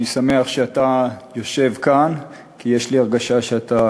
אני שמח שאתה יושב כאן כי יש לי הרגשה שאתה